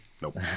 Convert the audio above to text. Nope